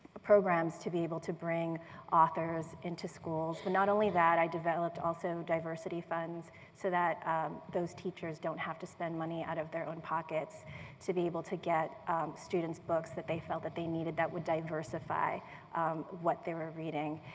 programs to be able to bring authors into schools. but not only that i developed also diversity funds, so that these teachers don't have to spend money out of their own pockets to be able to get students books that they felt that they needed that would diversify what they were reading.